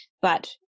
But-